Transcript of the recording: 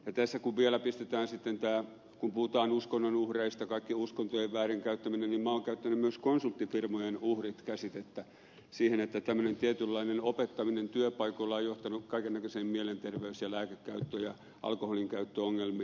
tässä kun vielä pistetään sitten tämä kun puhutaan uskonnon uhreista kaikki uskontojen väärinkäyttäminen niin minä olen käyttänyt myös konsulttifirmojen uhrit käsitettä siihen että tämmöinen tietynlainen opettaminen työpaikoilla on johtanut kaiken näköisiin mielenterveys ja lääkekäyttö ja alkoholinkäyttöongelmiin